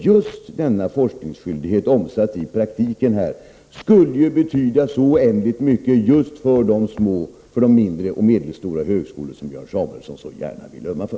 Just denna forskningsskyldighet, omsatt i praktiken, skulle betyda oändligt mycket för de mindre och medelstora högskolor som Björn Samuelson så gärna vill ömma för.